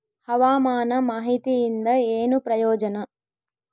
ಹವಾಮಾನ ಮಾಹಿತಿಯಿಂದ ಏನು ಪ್ರಯೋಜನ?